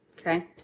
okay